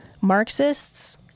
Marxists